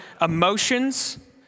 emotions